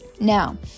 Now